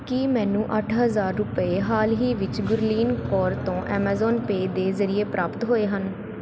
ਕੀ ਮੈਨੂੰ ਅੱਠ ਹਜ਼ਾਰ ਰੁਪਏ ਹਾਲ ਹੀ ਵਿੱਚ ਗੁਰਲੀਨ ਕੌਰ ਤੋਂ ਐਮਾਜ਼ੋਨ ਪੇਅ ਦੇ ਜ਼ਰੀਏ ਪ੍ਰਾਪਤ ਹੋਏ ਹਨ